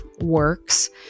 works